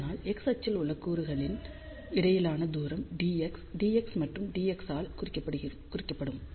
அதனால் x அச்சில் உள்ள கூறுகளுக்கு இடையிலான தூரம் dx dx மற்றும் dx ஆல் குறிக்கப்படும்